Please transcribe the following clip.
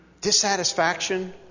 dissatisfaction